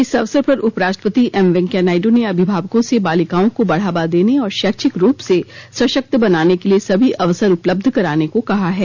इस अवसर पर उपराष्ट्रपति एम वैंकेया नायडू ने अभिभावकों से बालिकाओं को बढ़ावा देने और शैक्षिक रूप से सशक्त बनाने के लिए सभी अवसर उपलब्ध कराने को कहा है